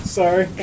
sorry